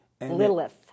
Lilith